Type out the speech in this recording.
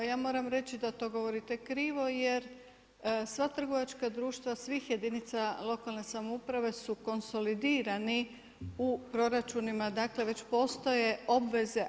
Ja moram reći da to govorite krivo, jer sva trgovačka društva svih jedinica lokalne samouprave su konsolidirani u proračunima, dakle već postoje obveze.